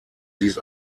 dies